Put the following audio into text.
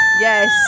yes